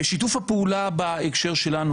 שיתוף הפעולה בהקשר שלנו,